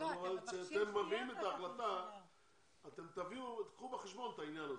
כשאתם מביאים את ההחלטה אתם תיקחו בחשבון את העניין הזה.